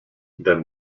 than